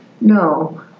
No